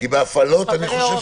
שבהפעלות אין מחוזות.